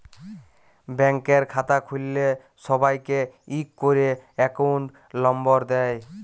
ব্যাংকের খাতা খুল্ল্যে সবাইকে ইক ক্যরে একউন্ট লম্বর দেয়